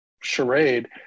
charade